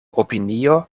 opinio